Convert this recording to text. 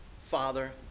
father